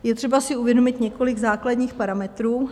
Je třeba si uvědomit několik základních parametrů.